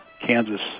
Kansas